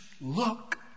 look